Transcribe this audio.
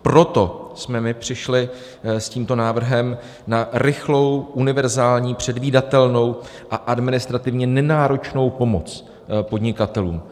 Proto jsme přišli s tímto návrhem na rychlou, univerzální, předvídatelnou a administrativně nenáročnou pomoc podnikatelům.